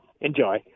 enjoy